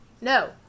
no